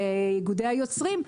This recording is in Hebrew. איגודי היוצרים,